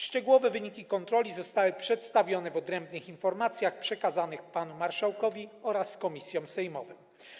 Szczegółowe wyniki kontroli zostały przedstawione w odrębnych informacjach przekazanych panu marszałkowi oraz komisjom sejmowym.